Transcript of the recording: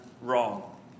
wrong